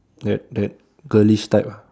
that that girlish type ah